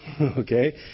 Okay